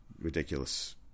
Ridiculous